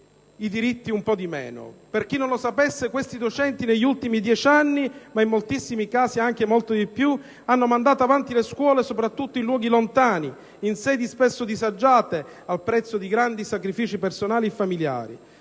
i diritti un po' meno. Per chi non lo sapesse, questi docenti negli ultimi dieci anni, ma in moltissimi casi anche da molto più tempo, hanno mandato avanti le scuole, soprattutto in luoghi lontani e in sedi spesso disagiate, al prezzo di grandi sacrifici personali e familiari;